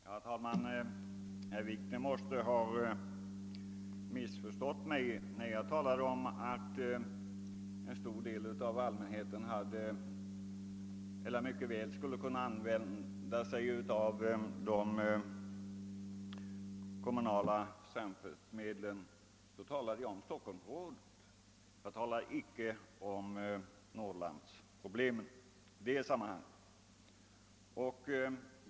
Herr talman! Herr Wikner måste ha missförstått mig. När jag talade om att en stor del av allmänheten mycket väl skulle kunna använda sig av de kommunala samfärdsmedlen talade jag om Stockholmsområdet. Jag berörde inte Norrlandsproblemen i det sammanhanget.